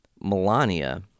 Melania